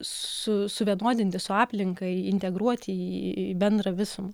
su suvienodinti su aplinka integruoti į bendrą visumą